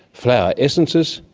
flower essences,